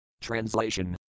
Translation